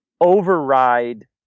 override